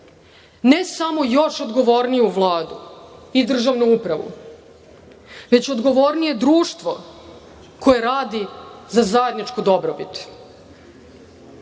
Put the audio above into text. ne samo još odgovorniju Vladu i državnu upravu, već odgovornije društvo koje radi za zajedničku dobrobit. Želim